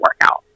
workout